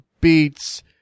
beats